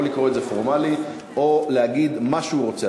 או לקרוא אותו פורמלית או להגיד מה שהוא רוצה.